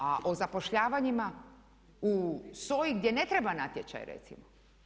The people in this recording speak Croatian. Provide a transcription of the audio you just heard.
A o zapošljavanjima u SOA-i gdje ne treba natječaj recimo.